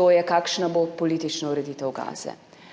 to je, kakšna bo politična ureditev Gaze.